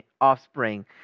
offspring